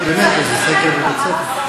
חשבתי באמת, איזה סקר בבית-ספר.